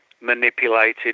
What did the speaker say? manipulated